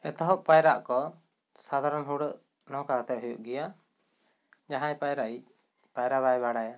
ᱮᱛᱚᱦᱚᱵ ᱯᱟᱭᱨᱟᱜ ᱠᱚ ᱥᱟᱫᱷᱟᱨᱚᱱ ᱦᱩᱲᱟᱜ ᱱᱚᱝᱠᱟ ᱠᱟᱛᱮ ᱦᱩᱭᱩᱜ ᱜᱮᱭᱟ ᱡᱟᱦᱟᱸ ᱯᱟᱭᱨᱟᱤᱡ ᱯᱟᱭᱨᱟᱜ ᱵᱟᱭ ᱵᱟᱲᱟᱭᱟ